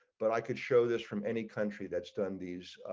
but i could show this from any country that's done these.